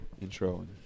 intro